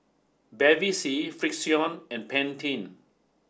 Bevy C Frixion and Pantene